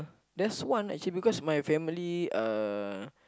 there's one actually because my family uh